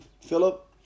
Philip